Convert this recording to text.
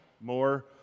more